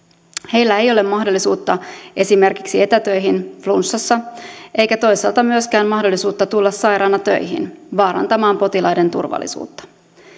heillä ei ole mahdollisuutta esimerkiksi etätöihin flunssassa eikä toisaalta myöskään mahdollisuutta tulla sairaana töihin vaarantamaan potilaiden turvallisuutta